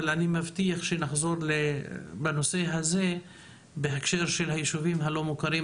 אני מבטיח שנחזור בנושא הזה בהקשר של היישובים הלא מוכרים,